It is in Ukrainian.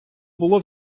було